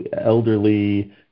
elderly